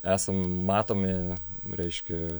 esam matomi reiškia